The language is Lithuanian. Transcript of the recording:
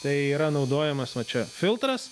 tai yra naudojamas va čia filtras